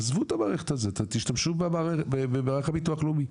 עזבו את המערכת הזאת, תשתמשו במערך הביטוח הלאומי.